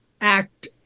act